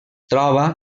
troba